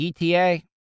ETA